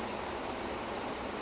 do you think do you think that's the way